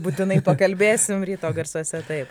būtinai pakalbėsim ryto garsuose taip